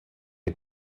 les